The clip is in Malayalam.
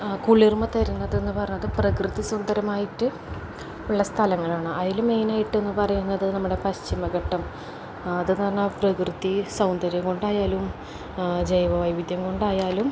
ആ കുളിർമ്മ തരുന്നതെന്ന് പറഞ്ഞത് പ്രകൃതിസുന്ദരമായിട്ടുള്ള സ്ഥലങ്ങളാണ് അതില് മെയിനായിട്ടെന്ന് പറയുന്നത് നമ്മുടെ പശ്ചിമഘട്ടം അതെന്ന് പറഞ്ഞാല് പ്രകൃതിസൗന്ദര്യം കൊണ്ടായാലും ജൈവവൈവിധ്യം കൊണ്ടായാലും